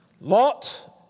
Lot